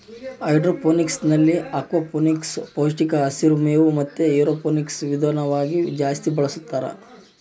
ಹೈಡ್ರೋಫೋನಿಕ್ಸ್ನಲ್ಲಿ ಅಕ್ವಾಫೋನಿಕ್ಸ್, ಪೌಷ್ಟಿಕ ಹಸಿರು ಮೇವು ಮತೆ ಏರೋಫೋನಿಕ್ಸ್ ವಿಧಾನದಾಗ ಜಾಸ್ತಿ ಬಳಸ್ತಾರ